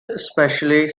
especially